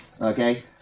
Okay